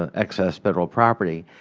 ah excess federal property,